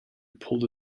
pulled